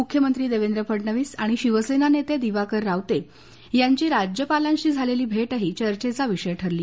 मुख्यमंत्री देवेंद्र फडणविस आणि शिवसेना नेते दिवाकर रावते यांची राज्यपालांशी भेट चर्चेचा विषय ठरली